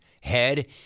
head